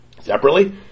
Separately